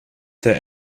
that